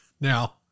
now